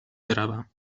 بروم